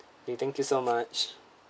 okay thank you so much